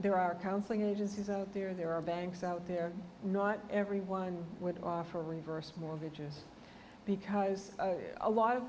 there are counseling agencies out there there are banks out there not everyone would offer reverse mortgages because a lot of the